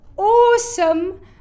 Awesome